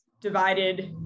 divided